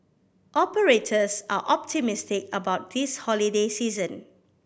operators are optimistic about this holiday season